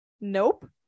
Nope